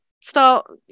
start